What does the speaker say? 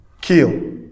kill